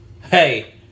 Hey